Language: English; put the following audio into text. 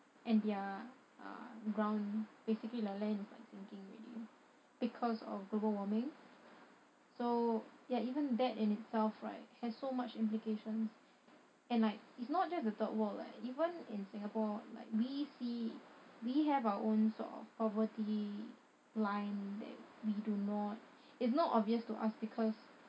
and their ah ground basically their land sinking already because of global warming so ya even that in itself right has so much implications and like it's not just the third world leh even in singapore like we see we have our own sort of poverty line that we do not it's not obvious to us because